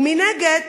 ומנגד,